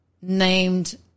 named